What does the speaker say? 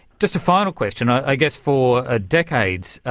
just a final question i guess for ah decades,